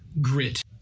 grit